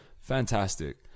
Fantastic